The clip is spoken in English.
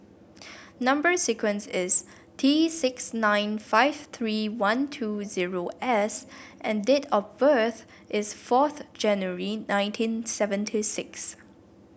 number sequence is T six nine five three one two zero S and date of birth is fourth January nineteen seventy six